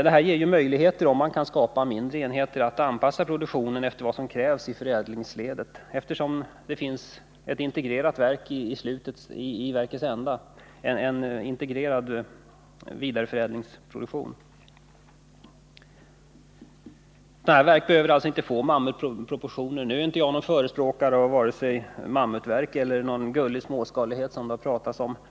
Mindre enheter ger också möjlighet att anpassa produktionen till vad som krävs i förädlingsledet, eftersom det finns en integrerad vidareförädlingsproduktion i verkets slutända. Nu är inte jag förespråkare för mammutverk eller ”gullig” småskalighet, som det har talats om.